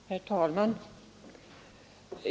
Herr talman!